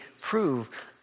prove